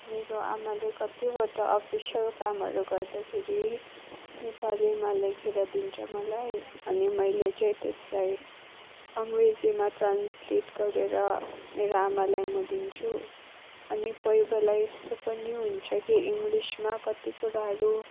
मेरो आमाले कतिवटा अफिसियल कामहरू गर्दाखेरि नेपालीमा लेखेर दिन्छ मलाई अनि मैले चाहिँ त्यसलाई अङ्ग्रेजीमा ट्रान्सलेट गरेर मेरो आमालाई म दिन्छु अनि कोही बेला यस्तो पनि हुन्छ कि इङ्गलिसमा कति कुराहरू